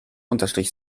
unterstrich